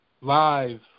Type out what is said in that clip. live